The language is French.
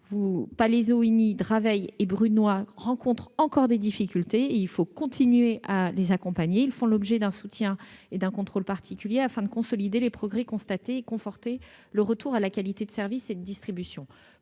Palaiseau-Igny, Draveil et Brunoy, rencontrent encore des difficultés- il faut continuer à les accompagner - et font l'objet d'un soutien et d'un contrôle particuliers, afin de consolider les progrès constatés et de conforter le retour à la qualité du service et de la distribution.